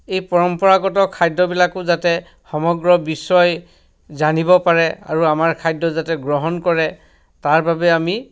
এই পৰম্পৰাগত খাদ্যবিলাকো যাতে সমগ্ৰ বিশ্বই জানিব পাৰে আৰু আমাৰ খাদ্য যাতে গ্ৰহণ কৰে তাৰ বাবে আমি